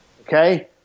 Okay